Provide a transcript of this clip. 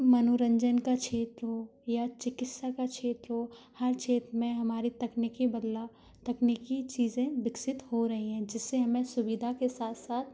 मनोरंजन का क्षेत्र हो या चिकित्सा का क्षेत्र हो हर क्षेत्र में हमारे तकनीकी बदलाव तकनीकी चीज़ें विकसित हो रही है जिससे हमें सुविधा के साथ साथ